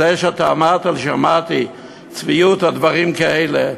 זה שאתה אמרת לי שאמרתי "צביעות" על דברים כאלה,